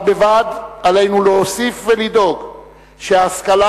בד בבד עלינו להוסיף ולדאוג שההשכלה